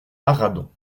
arradon